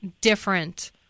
different